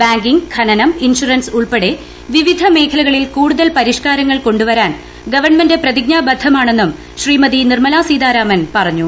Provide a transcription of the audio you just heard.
banking ഖനനം insurance ഉൾപ്പെടെ വിവിധ മേഖലകളിൽ കൂടുതൽ പരിഷ്കാരങ്ങൾ കൊണ്ടുവരാൻ ഗവൺമെന്റ് പ്രതിജ്ഞാബദ്ധമാണെന്നും ശ്രീമതി നിർമലാ സീതാരാമൻ പറഞ്ഞു